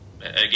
Again